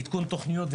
עדכון תוכניות,